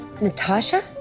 Natasha